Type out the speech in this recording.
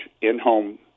in-home